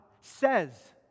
says